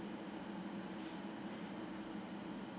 mm